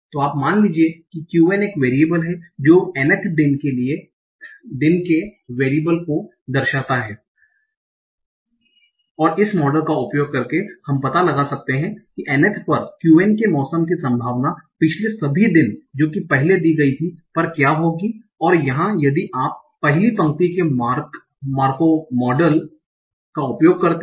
तो मान लीजिए कि qn एक वेरिएबल है जो nth दिन के वैरिएबल को दर्शाता है और इस मॉडल का उपयोग करके हम पता लगा सकते हैं कि nth पर qn के मौसम की संभावना पिछले सभी दिन जो पहले दी गई थी पर क्या होगी और यहाँ यदि आप पहली पंक्ति के मार्क मार्कोव मॉडल का उपयोग करते हैं